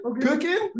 cooking